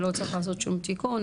שלא צריך לעשות שום תיקון,